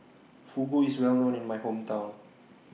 Fugu IS Well known in My Hometown